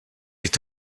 est